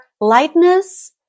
lightness